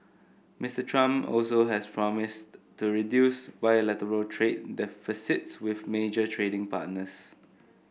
Mister Trump also has promised to reduce bilateral trade deficits with major trading partners